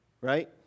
right